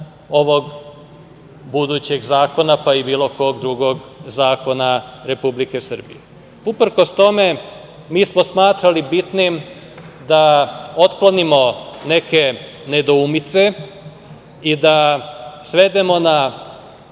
ovog budućeg zakona, pa i bilo kog drugog zakona Republike Srbije. Uprkos tome mi smo smatrali bitnim da otklonimo neke nedoumice i da svedemo na